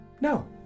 No